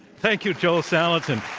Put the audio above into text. thank you, joel salatin.